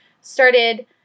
started